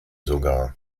sogar